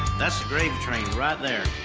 that's the gravy train right there.